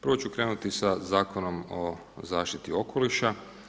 Prvo ću krenuti sa Zakonom o zaštiti okoliša.